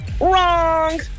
Wrong